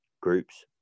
groups